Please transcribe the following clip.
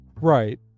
Right